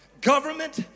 government